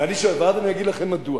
אני אגיד לכם מדוע,